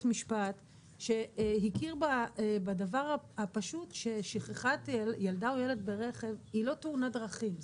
משפט שהכיר בדבר הפשוט ששכחת ילדה או ילד ברכב זה לא תאונת דרכים,